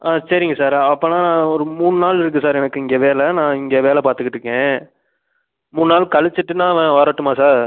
ஆ சரிங்க சார் அப்படின்னா ஒரு மூணு நாள் இருக்கு சார் எனக்கு இங்கே வேலை நான் இங்கே வேலை பார்த்துட்டு இருக்கேன் மூணு நாள் கழிச்சுட்டு நான் வரட்டுமா சார்